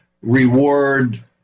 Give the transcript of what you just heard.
reward